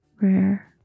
rare